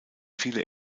viele